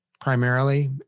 primarily